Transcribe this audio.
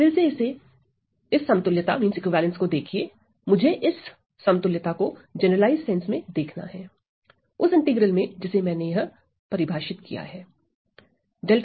आप फिर से इस समतुल्यता को देखिए मुझे इस समतुल्यता को जनरलाइज्ड सेंस में देखना है उस इंटीग्रल में जिसे मैंने यह परिभाषित किया है